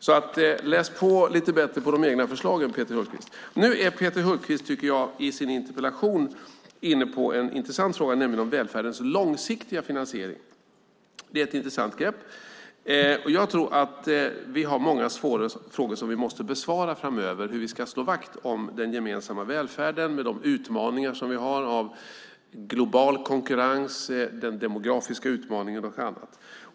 Läs alltså på lite bättre på de egna förslagen, Peter Hultqvist! Jag tycker dock att Peter Hultqvist i sin interpellation är inne på en intressant fråga, nämligen den om välfärdens långsiktiga finansiering. Det är ett intressant grepp, och jag tror att vi har många svåra frågor vi måste besvara framöver - hur vi ska slå vakt om den gemensamma välfärden med de utmaningar vi har av global konkurrens, den demografiska utmaningen och annat.